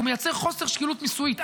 הוא מייצר חוסר שקילות מיסויית.